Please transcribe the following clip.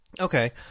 Okay